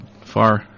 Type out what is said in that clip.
far